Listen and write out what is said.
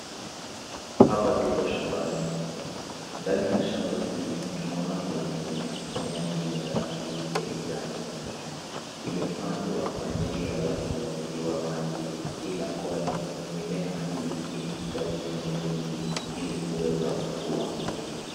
Hapa tuko shambani. Ndani ya shamba hii, tunaona kuna mimea. Mimea hii ni ya rangi ya kijani. Imepandwa kwa njia ya kunyunyiziwa maji ila kwani mimea hii inahitaji maji mengine